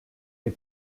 les